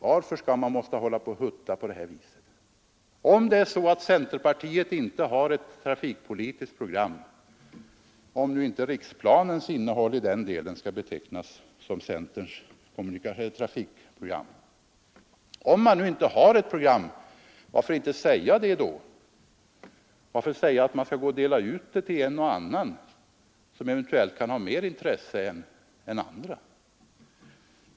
Varför måste man hålla på och huttla på detta sätt? Om centerpartiet inte har ett trafikpolitiskt program — såvida inte riksplanens innehåll i den delen skall betecknas så — varför inte säga det då? Varför säga att man skall dela ut det till en och annan som eventuellt kan ha mer intresse av det än andra?